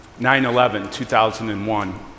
9-11-2001